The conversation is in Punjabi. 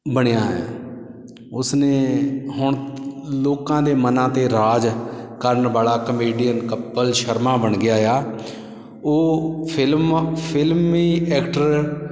ਬਣਿਆ ਹੈ ਉਸਨੇ ਹੁਣ ਲੋਕਾਂ ਦੇ ਮਨਾਂ 'ਤੇ ਰਾਜ ਕਰਨ ਵਾਲਾ ਕਮੇਡੀਅਨ ਕਪਿਲ ਸ਼ਰਮਾ ਬਣ ਗਿਆ ਆ ਉਹ ਫਿਲਮ ਫਿਲਮੀ ਐਕਟਰ